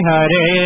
Hare